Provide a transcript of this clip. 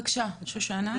בבקשה, שושנה.